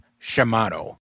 Shimano